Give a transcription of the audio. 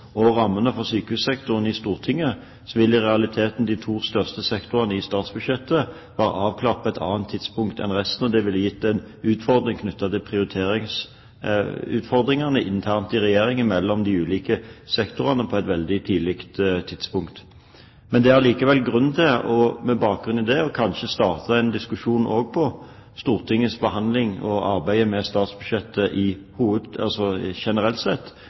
og rammene for sykehussektoren i Stortinget på våren, vil i realiteten de to største sektorene i statsbudsjettet være avklart på et annet tidspunkt enn resten. Det ville internt i Regjeringen gitt en utfordring knyttet til prioriteringene mellom de ulike sektorene på et veldig tidlig tidspunkt. Det er allikevel kanskje grunn til – på bakgrunn av dette – å starte en diskusjon om Stortingets behandling og arbeid med statsbudsjettet